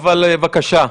אבל, בבקשה.